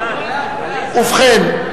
ובכן,